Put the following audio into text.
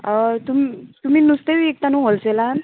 तुम तुमी नुस्तें विकता न्हू होलसेलान